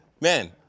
Man